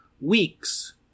weeks